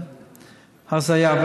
הרזיה.